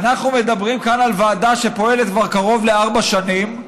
אנחנו מדברים כאן על ועדה שפועלת כבר קרוב לארבע שנים.